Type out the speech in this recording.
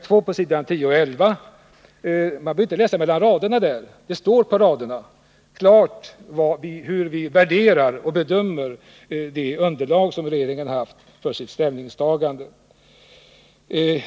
För att se det behöver man inte läsa mellan raderna — det står klart och tydligt på raderna hur vi värderar och bedömer det underlag som regeringen haft för sitt ställningstagande.